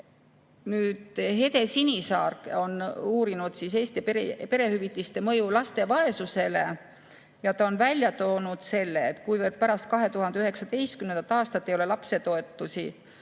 Hede Sinisaar on uurinud Eesti perehüvitiste mõju laste vaesusele ja ta on välja toonud selle: "Kuivõrd pärast 2019. aastat ei ole lapsetoetusi